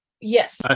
Yes